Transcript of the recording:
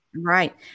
Right